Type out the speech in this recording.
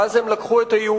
ואז הם לקחו את היהודים,